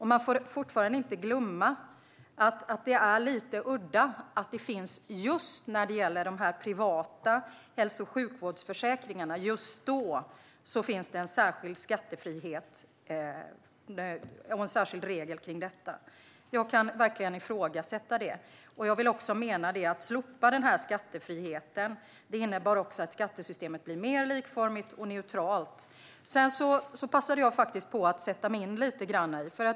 Man får inte glömma att det är lite udda att det just när det gäller de här privata hälso och sjukvårdsförsäkringarna finns en särskild skattefrihet och en särskild regel kring detta. Jag kan verkligen ifrågasätta det. Jag vill också mena att ett slopande av den här skattefriheten innebär att skattesystemet blir likformigare och neutralare. Jag har passat på att sätta mig in lite grann i detta.